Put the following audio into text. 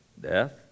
Death